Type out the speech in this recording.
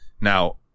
Now